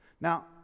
Now